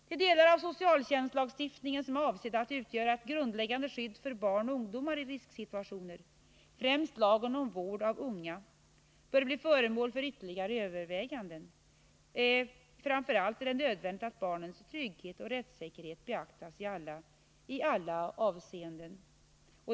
; De delar av socialtjänstlagstiftningen som är avsedda att utgöra ett grundläggande skydd för barn och ungdomar i risksituationer, främst lagen om vård av unga, bör bli föremål för ytterligare överväganden. Framför allt är det nödvändigt att barnens trygghet och rättssäkerhet beaktas i alla avseenden.